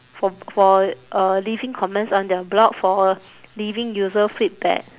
for for uh leaving comments on their blog for leaving user feedback